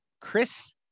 Chris